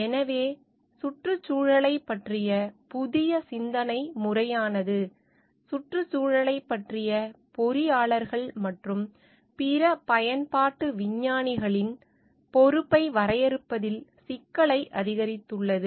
எனவே சுற்றுச்சூழலைப் பற்றிய புதிய சிந்தனை முறையானது சுற்றுச்சூழலைப் பற்றிய பொறியாளர்கள் மற்றும் பிற பயன்பாட்டு விஞ்ஞானிகளின் பொறுப்பை வரையறுப்பதில் சிக்கலை அதிகரித்துள்ளது